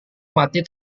mati